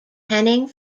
henning